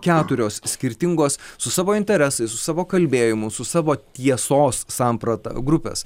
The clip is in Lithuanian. keturios skirtingos su savo interesais su savo kalbėjimu su savo tiesos samprata grupės